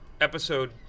episode